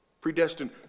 predestined